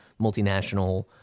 multinational